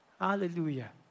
Hallelujah